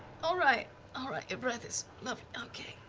all right, all right. your breath is lovely. okay.